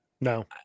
No